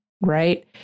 right